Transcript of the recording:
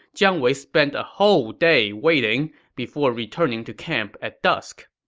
jiang wei spent a whole day waiting before returning to camp at dusk.